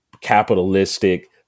capitalistic